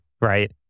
right